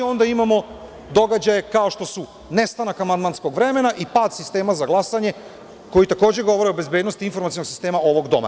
I, onda imamo događaje kao što su nestanak amandmanskog vremena i pad sistema za glasanje, koji takođe govore o bezbednosti informacionog sistema ovog doma.